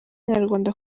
nyarwanda